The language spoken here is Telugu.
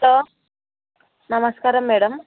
హలో నమస్కారం మ్యాడమ్